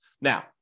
Now